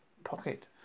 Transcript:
pocket